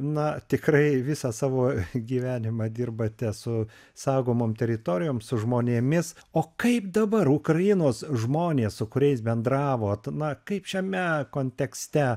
na tikrai visą savo gyvenimą dirbate su saugomom teritorijom su žmonėmis o kaip dabar ukrainos žmonės su kuriais bendravot na kaip šiame kontekste